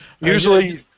Usually